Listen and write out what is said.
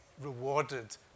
rewarded